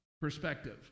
perspective